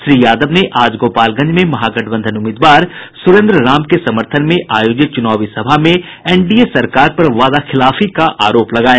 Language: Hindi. श्री यादव ने आज गोपालगंज में महागठबंधन उम्मीदवार सुरेन्द्र राम के समर्थन में आयोजित चुनावी सभा में एनडीए सरकार पर वादाखिलाफी का आरोप लगाया